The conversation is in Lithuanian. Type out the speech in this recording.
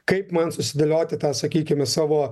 kaip man susidėlioti tą sakykime savo